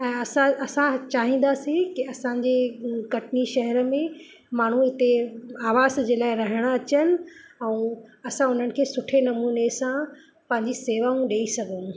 ऐं असां असां चाहींदासीं की असांजे कटनी शहर में माण्हू इते आवास जे लाइ रहणु अचनि ऐं असां उन्हनि खे सुठे नमूने सां पंहिंजी शेवाऊं ॾई सघूं